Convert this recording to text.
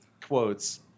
quotes